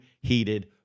heated